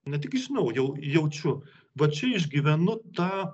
ne tik žinau jau jaučiu va čia išgyvenu tą